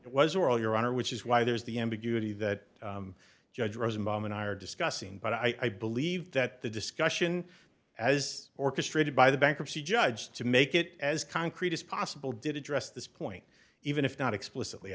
it was or all your honor which is why there's the ambiguity that judge rosenbaum and i are discussing but i believe that the discussion as orchestrated by the bankruptcy judge to make it as concrete as possible did address this point even if not explicitly